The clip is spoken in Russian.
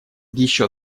ещё